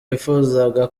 yifuzaga